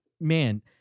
man